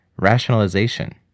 Rationalization